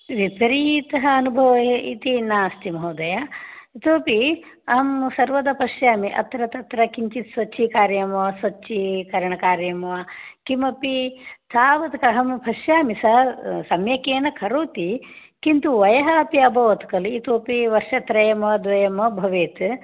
विपरीत अनुभवः इति नास्ति महोदय इतोपि अहं सर्वदा पश्यामि अत्र तत्र किञ्चित् स्वच्छीकार्यं वा स्वच्छीकरणकार्यं वा किमपि तावदहं पश्यामि सः सम्यकेव करोति किन्तु वयः अपि अभवत् खलु इतोपि वर्षत्रयं वा द्वयं वा भवेत्